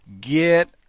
get